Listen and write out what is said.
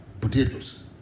potatoes